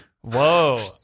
Whoa